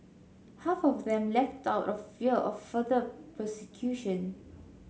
half of them left out of fear of further persecution